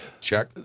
Check